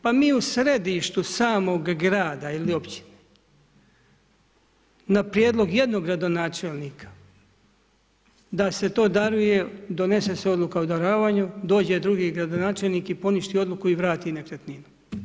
Pa mi u središtu samog grada ili općine na prijedlog jednog gradonačelnika da se to daruje, donese se odluka o darovanju, dođe drugi gradonačelnik i poništi odluku i vrati nekretninu.